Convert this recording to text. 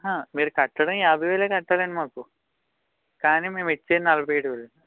హా మీరు కట్టడం యాభైవేలే కడతారు అండి మాకు కానీ మేము ఇచ్చేది నలభైయేడు వేలు